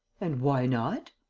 and why not?